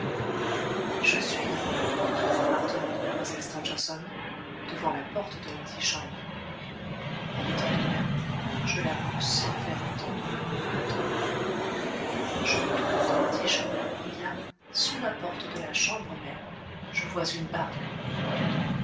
je suis devant la porte de l'appartement de mlle stangerson devant la porte de l'antichambre elle est entr'ouverte je la pousse sans faire entendre le moindre bruit je me trouve dans l'antichambre et là sous la porte de la chambre même je vois une barre de lumière